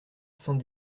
cent